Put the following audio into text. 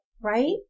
Right